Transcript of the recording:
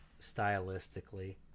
stylistically